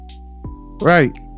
right